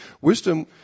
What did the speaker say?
Wisdom